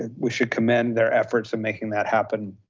and we should commend their efforts in making that happen.